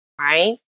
Right